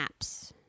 apps